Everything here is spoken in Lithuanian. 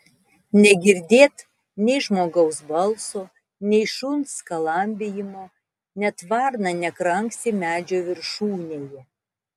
negirdėt nei žmogaus balso nei šuns skalambijimo net varna nekranksi medžio viršūnėje